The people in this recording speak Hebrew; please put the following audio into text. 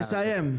תסיים.